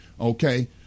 Okay